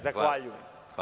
Zahvaljujem.